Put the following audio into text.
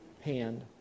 hand